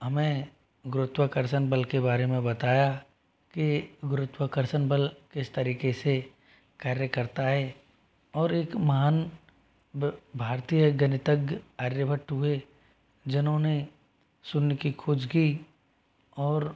हमें गुरुत्वाकर्षण बल के बारे में बताया कि गुरुत्वाकर्षण बल किस तरीक़े से कार्य करता है और एक महान भारतीय गणितज्ञ आर्यभट्ट हुए जिन्होंने शून्य की खोज की और